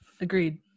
Agreed